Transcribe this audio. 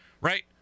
right